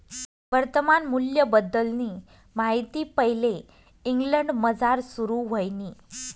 वर्तमान मूल्यबद्दलनी माहिती पैले इंग्लंडमझार सुरू व्हयनी